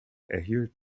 erhielt